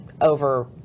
over